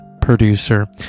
producer